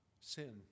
sin